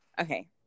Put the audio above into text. Okay